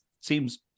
seems